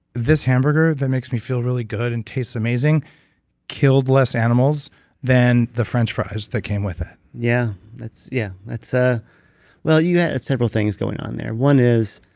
this hamburger that makes me feel really good and tastes amazing killed less animals than the french fries that came with it yeah. that's. yeah ah well, you have several things going on there. one is,